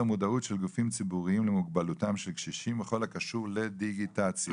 מודעות של גופים ציבוריים למוגבלותם של קשישים בכל הקשור לדיגיטציה.